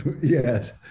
yes